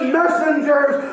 messengers